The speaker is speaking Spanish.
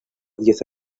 diez